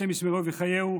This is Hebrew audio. השם ישמרהו ויחייהו,